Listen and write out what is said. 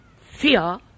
fear